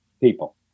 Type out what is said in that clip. people